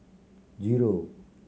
zero